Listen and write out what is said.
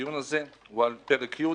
והדיון הזה הוא על פרק י',